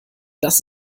das